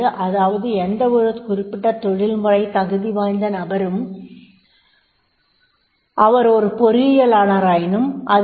அதாவது எந்தவொரு குறிப்பிட்ட தொழில்முறை தகுதி வாய்ந்த நபரும் அவர் ஒரு பொறியியலாளராகினும் அல்லது பி